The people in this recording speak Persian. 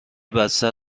بسته